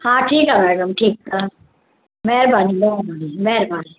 हा ठीकु आहे मैडम ठीकु आहे महिरबानी महिरबानी महिरबानी